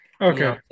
Okay